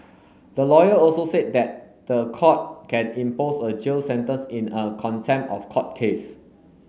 the lawyer also said that the court can impose a jail sentence in a contempt of court case